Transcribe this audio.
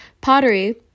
Pottery